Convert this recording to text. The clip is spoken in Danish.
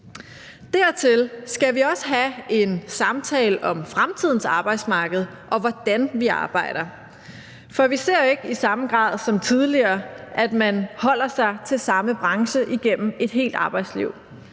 Dertil skal vi også have en samtale om fremtidens arbejdsmarked og om, hvordan vi arbejder. For vi ser ikke i samme grad som tidligere, at man holder sig til samme branche igennem et helt arbejdsliv.